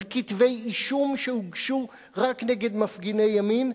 על כתבי-אישום שהוגשו רק נגד מפגיני ימין,